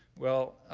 well,